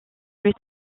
plus